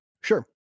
Sure